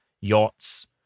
yachts